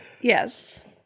Yes